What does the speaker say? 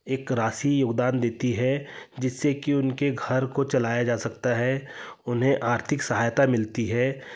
एक राशि योगदान देती है जिससे कि उनके घर को चलाया जा सकता है उन्हें आर्थिक सहायता मिलती है